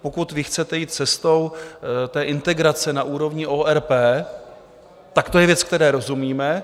Pokud vy chcete jít cestou integrace na úrovni ORP, tak to je věc, které rozumíme.